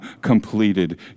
completed